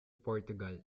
portugal